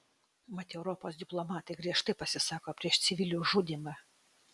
mat europos diplomatai griežtai pasisako prieš civilių žudymą